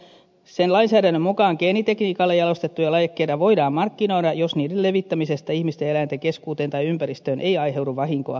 sen lainsäädännön mukaan geenitekniikalla jalostettuja lajikkeita voidaan markkinoida jos niiden levittämisestä ihmisten ja eläinten keskuuteen tai ympäristöön ei aiheudu vahinkoa